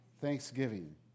thanksgiving